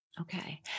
Okay